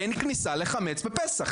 אין כניסה לחמץ בפסח,